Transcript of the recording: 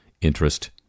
interest